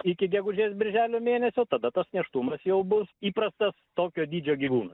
iki gegužės birželio mėnesio tada tas nėštumas jau bus įprastas tokio dydžio gyvūnui